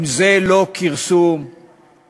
אם זה לא כרסום בדמוקרטיה,